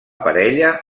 parella